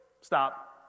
stop